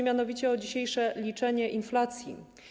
Mianowicie chodzi o dzisiejsze liczenie inflacji.